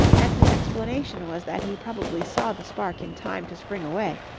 and the explanation was that he probably saw the spark in time to spring away,